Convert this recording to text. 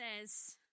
says